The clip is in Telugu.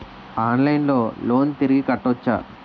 ఆన్లైన్లో లోన్ తిరిగి కట్టోచ్చా?